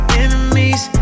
enemies